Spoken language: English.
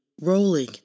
rolling